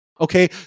Okay